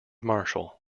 marshall